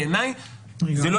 בעיניי זה לא